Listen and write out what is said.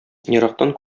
ерактан